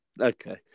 Okay